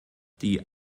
die